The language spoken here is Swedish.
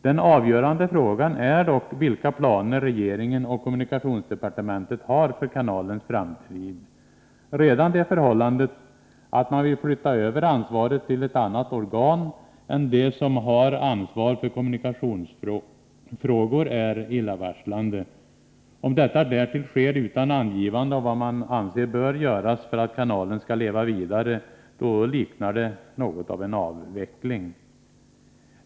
Den avgörande frågan är dock vilka planer regeringen och kommunikationsdepartementet har för kanalens framtid. Redan det förhållandet att man vill flytta över ansvaret till ett annat organ än de som har ansvar för kommunikationsfrågor är illavarslande. Om detta därtill sker utan angivande av vad man anser bör göras för att kanalen skall leva vidare, då liknar det något av en avveckling.